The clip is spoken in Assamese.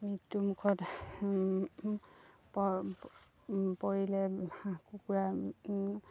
মৃত্যুমুখত পৰিলে হাঁহ কুকুৰা